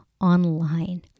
online